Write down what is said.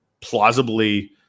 plausibly